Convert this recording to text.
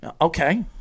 Okay